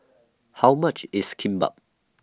How much IS Kimbap